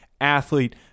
athlete